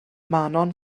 manon